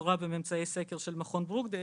מקורה בממצאי סקר של מכון ברוקדייל